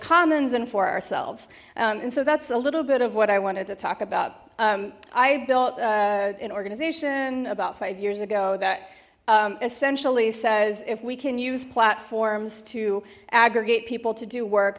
commons and for ourselves and so that's a little bit of what i wanted to talk about i built an organization about five years ago that essentially says if we can use platforms to aggregate people to do work